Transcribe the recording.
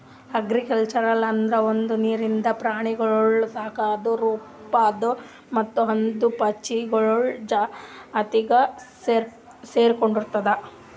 algaculture ಅಂದುರ್ ಒಂದು ನೀರಿಂದ ಪ್ರಾಣಿಗೊಳ್ ಸಾಕದ್ ರೂಪ ಅದಾ ಮತ್ತ ಅದು ಪಾಚಿಗೊಳ್ ಜಾತಿಗ್ ಸೆರ್ಕೊಂಡುದ್